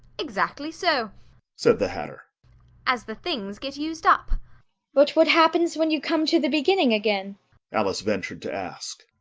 exactly so said the hatter as the things get used up but what happens when you come to the beginning again alice ventured to ask.